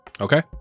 Okay